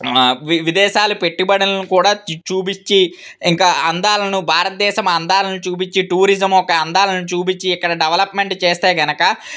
విదేశాలు పెట్టుబడులను కూడా చూపించి ఇంకా అందాలను భారతదేశం అందాలను చూపించి టూరిజం ఒక అందాలను చూపించి ఇక్కడ డెవలప్మెంట్ చేస్తే కనుక